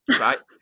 right